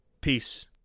Peace